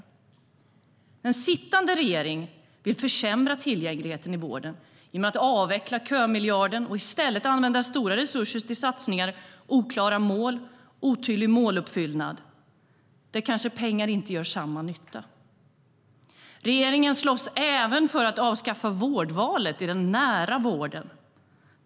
Den sittande regeringen vill försämra tillgängligheten i vården genom att avveckla kömiljarden och i stället använda stora resurser på satsningar med oklara mål och otydlig måluppfyllnad, där pengar kanske inte gör samma nytta. Regeringen slåss även för att avskaffa vårdvalet i den nära vården.